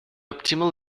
optimal